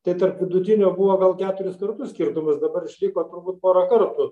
tai tarp vidutinio buvo gal keturis kartus skirtumas dabar išliko turbūt pora kartų